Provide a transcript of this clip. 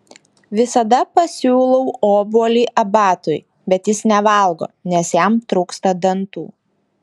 visada pasiūlau obuolį abatui bet jis nevalgo nes jam trūksta dantų